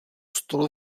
stolu